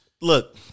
look